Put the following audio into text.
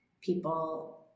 people